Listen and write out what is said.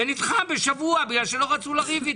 זה נדחה בשבוע כי לא רצו לריב איתי.